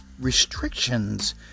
restrictions